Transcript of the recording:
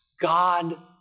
God